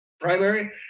primary